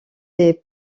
des